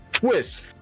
twist